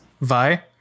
Vi